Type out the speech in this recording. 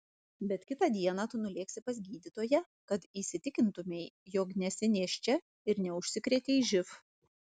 bet kitą dieną tu nulėksi pas gydytoją kad įsitikintumei jog nesi nėščia ir neužsikrėtei živ